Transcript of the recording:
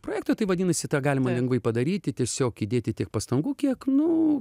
projekto tai vadinasi tą galima lengvai padaryti tiesiog įdėti tiek pastangų kiek nu